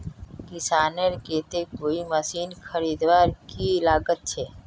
किसानेर केते कोई मशीन खरीदवार की लागत छे?